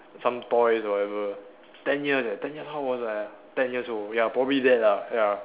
some toys or whatever ten years eh ten years how old was I ah ten years old ya probably that lah ya